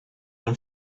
and